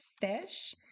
fish